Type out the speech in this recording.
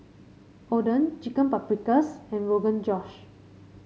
Oden Chicken Paprikas and Rogan Josh